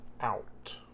out